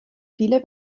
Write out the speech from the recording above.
viele